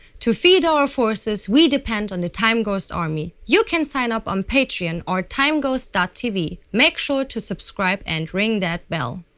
to feed our forces we depend on the timeghost army, you can sign up on patreon or timeghost ah tv make sure to subscribe, and ring that bell.